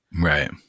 Right